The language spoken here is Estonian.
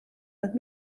nad